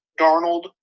Darnold